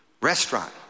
restaurant